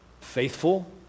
faithful